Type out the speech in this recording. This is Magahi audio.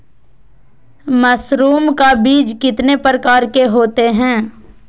मशरूम का बीज कितने प्रकार के होते है?